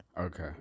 Okay